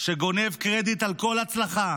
שגונב קרדיט על כל הצלחה